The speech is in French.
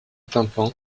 tympan